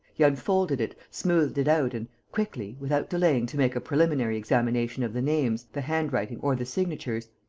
he unfolded it, smoothed it out and, quickly, without delaying to make a preliminary examination of the names, the hand-writing or the signatures,